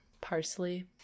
Parsley